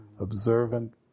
observant